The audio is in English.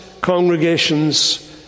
congregation's